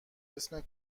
اسم